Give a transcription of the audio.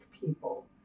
people